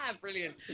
Brilliant